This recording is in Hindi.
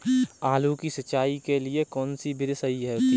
आलू की सिंचाई के लिए कौन सी विधि सही होती है?